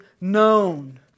known